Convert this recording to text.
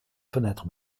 fenêtre